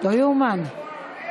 לא יאומן.